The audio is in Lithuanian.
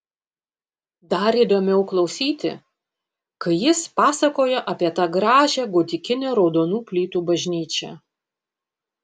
dar įdomiau klausyti kai jis pasakoja apie tą gražią gotikinę raudonų plytų bažnyčią